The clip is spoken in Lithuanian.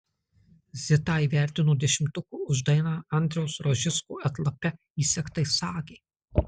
zitą įvertino dešimtuku už dainą andriaus rožicko atlape įsegtai sagei